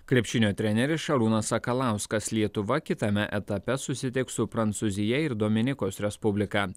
krepšinio treneris šarūnas sakalauskas lietuva kitame etape susitiks su prancūzija ir dominikos respublika